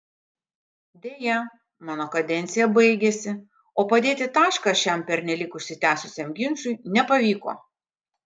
deja mano kadencija baigėsi o padėti tašką šiam pernelyg užsitęsusiam ginčui nepavyko